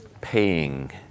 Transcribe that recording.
paying